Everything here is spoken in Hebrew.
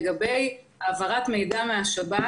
לגבי העברת מידע מהשב"כ,